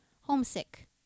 homesick